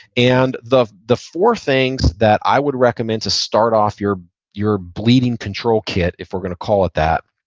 and the the four things that i would recommend to start off your your bleeding control kit, if we're gonna call it that,